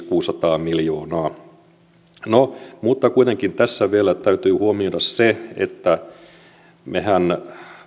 kuusisataa miljoonaa mutta kuitenkin tässä vielä täytyy huomioida se että mehän